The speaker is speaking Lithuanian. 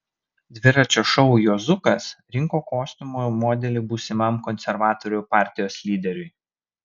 dviračio šou juozukas rinko kostiumo modelį būsimam konservatorių partijos lyderiui